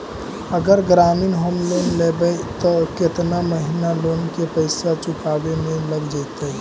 अगर ग्रामीण home loan लेबै त केतना महिना लोन के पैसा चुकावे में लग जैतै?